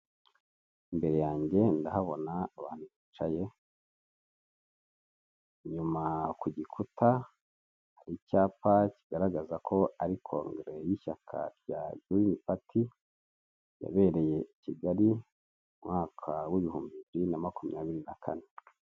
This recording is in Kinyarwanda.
Imbere yange ndahabona abantu bicaye, inyuma ku gikuta hari icyapa kigaragaza ko ari kongere y'ishyaka rya girini pati, yabereye i Kigali mu mwaka w'ibihumbi bibiri na makumyabiri na kane.